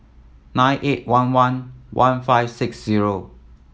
nine eight one one one five six zero